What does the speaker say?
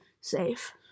safe